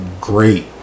great